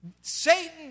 Satan